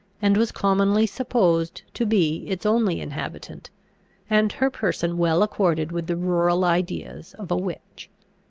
and was commonly supposed to be its only inhabitant and her person well accorded with the rural ideas of a witch.